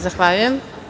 Zahvaljujem.